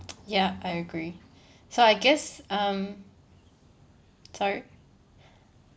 ya I agree so I guess um sorry